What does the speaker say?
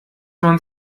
man